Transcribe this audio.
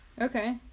okay